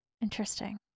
Interesting